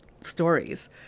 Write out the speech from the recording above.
stories